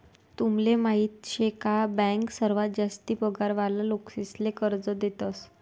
तुमले माहीत शे का बँक सर्वात जास्ती पगार वाला लोकेसले कर्ज देतस